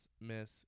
miss